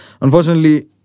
Unfortunately